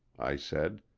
i said,